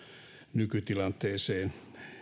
nykytilanteeseen